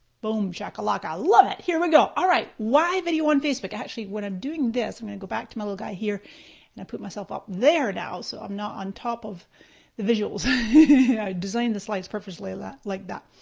boom shakalaka, love it, here we go. alright, why video on facebook? actually, when i'm doing this, i'm gonna go back to my little guy here and i put myself up there now so i'm not on top of the visuals. i designed the slides purposefully like like that.